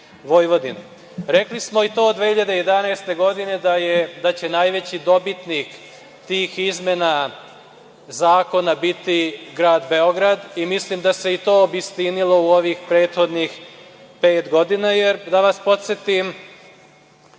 Vojvodine. Rekli smo i to 2011. godine da će najveći dobitnik tih izmena zakona biti grad Beograd i mislim da se i to obistinilo u ovih prethodnih pet godina jer, da vas podsetim,